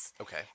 Okay